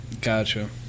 Gotcha